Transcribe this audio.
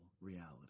reality